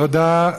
תודה.